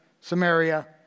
Samaria